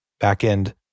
backend